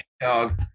dog